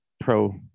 Pro